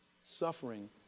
suffering